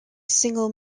single